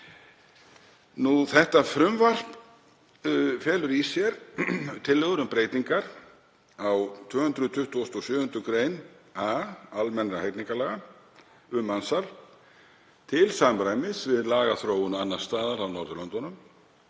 málum. Frumvarpið felur í sér tillögur um breytingar á 227. gr. a almennra hegningarlaga, um mansal, til samræmis við lagaþróun annars staðar á Norðurlöndunum,